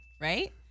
right